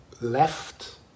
left